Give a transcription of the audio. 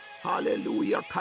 Hallelujah